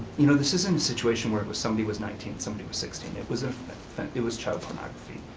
you know this isn't a situation where it was somebody was nineteen, somebody was sixteen. it was ah it was child pornography.